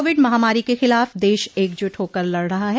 Covid महामारी के खिलाफ देश एकजुट होकर लड़ रहा है